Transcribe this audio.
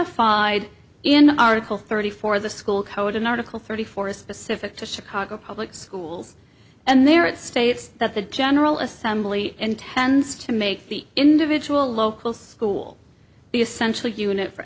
fide in article thirty four the school code in article thirty four is specific to chicago public schools and there it states that the general assembly intends to make the individual local school the essential unit for